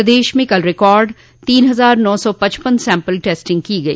प्रदेश में कल रिकार्ड तीन हजार नौ सा पचपन सेम्पल की टेस्टिंग की गई